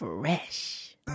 Fresh